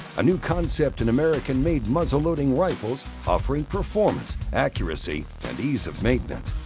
a new concept in american-made muzzleloading rifles offering performance, accuracy and ease of maintenance.